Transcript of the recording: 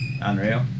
unreal